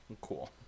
cool